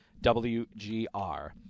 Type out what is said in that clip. WGR